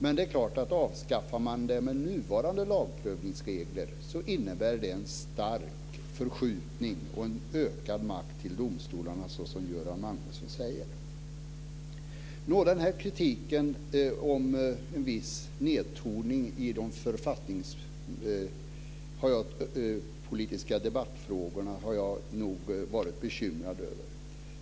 Men avskaffar man det med nuvarande lagprövningsregler innebär det en stark förskjutning och en ökad makt till domstolarna, precis som Göran Magnusson säger. Den här som jag kritiserar, en viss nedtoning i de författningspolitiska debattfrågorna, har jag nog varit bekymrad över.